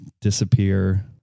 disappear